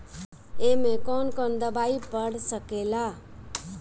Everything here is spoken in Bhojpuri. ए में कौन कौन दवाई पढ़ सके ला?